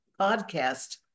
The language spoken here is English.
podcast